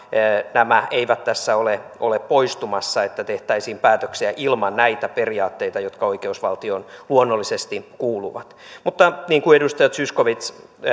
nämä eivät tässä ole ole poistumassa se että tehtäisiin päätöksiä ilman näitä periaatteita jotka oikeusvaltioon luonnollisesti kuuluvat mutta niin kuin edustaja zyskowicz